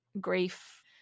grief